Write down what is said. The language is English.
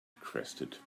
requested